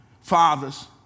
fathers